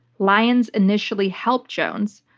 lyons initially helped jones,